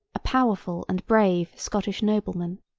a powerful and brave scottish nobleman.